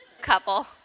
couple